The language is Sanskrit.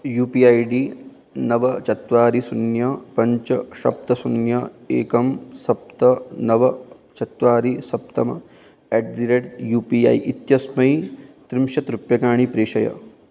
यू पि ऐडी नव चत्वारि शून्यं पञ्च सप्त शून्यम् एकं सप्त नव चत्वारि सप्तम् at the rate U P I इत्यस्मै त्रिंशत् रूप्यकाणि प्रेषय